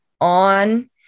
on